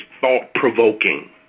thought-provoking